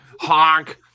honk